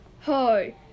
Hi